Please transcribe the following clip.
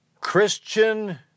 Christian